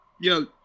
Yo